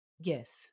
Yes